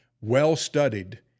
well-studied